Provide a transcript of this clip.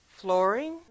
Flooring